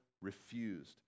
refused